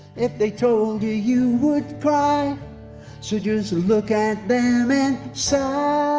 if they told you, you would cry so just look at them and sigh